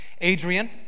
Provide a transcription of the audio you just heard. Adrian